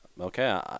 Okay